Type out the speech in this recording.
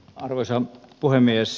arvoisa puhemies